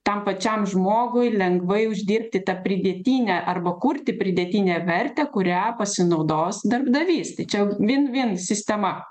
tam pačiam žmogui lengvai uždirbti tą pridėtinę arba kurti pridėtinę vertę kuria pasinaudos darbdavys tai čia jau vin vin sistema